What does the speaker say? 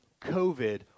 COVID